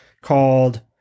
Called